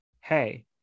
hey